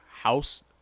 House